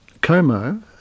Como